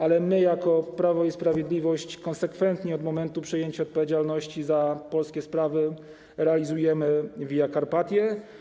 Ale my jako Prawo i Sprawiedliwość konsekwentnie od momentu przejęcia odpowiedzialności za polskie sprawy realizujmy Via Carpatię.